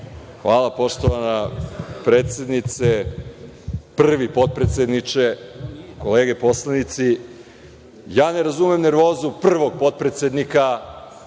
Hvala, poštovana predsednice. Prvi potpredsedniče, kolege poslanici, ja ne razumem nervozu prvog potpredsednika